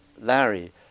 Larry